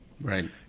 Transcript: Right